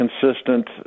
consistent